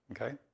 Okay